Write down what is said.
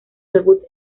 debut